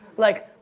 like,